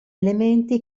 elementi